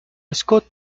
scott